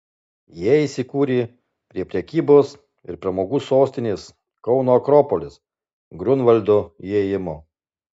jie įsikūrė prie prekybos ir pramogų sostinės kauno akropolis griunvaldo įėjimo